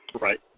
Right